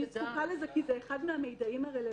זקוקה לזה כי זה אחד מהמידעים הרלוונטיים.